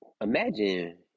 Imagine